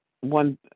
one